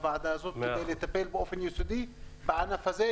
גם אני אשמח להיות חלק מהוועדה הזאת כדי לטפל באופן יסודי בענף הזה,